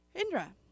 Indra